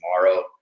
tomorrow